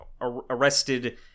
arrested